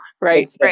right